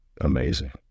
Amazing